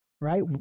right